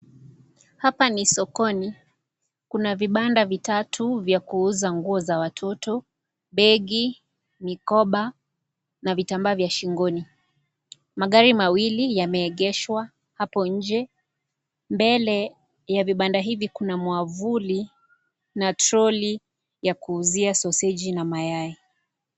Hapa ni sokoni. Kuna vibanda vitatu vya kuuza nguo za watoto, begi, mikoba na vitambaa vya shingoni. Magari mawili yameegesha hapo nje. Mbele ya vibanda hivi kuna mwavuli na troli ya kuuzia soseji na mayai.